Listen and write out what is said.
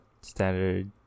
standard